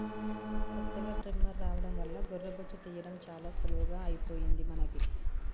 కొత్తగా ట్రిమ్మర్ రావడం వల్ల గొర్రె బొచ్చు తీయడం చాలా సులువుగా అయిపోయింది మనకి